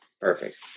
perfect